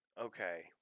Okay